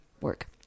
work